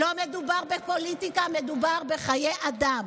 לא מדובר בפוליטיקה, מדובר בחיי אדם.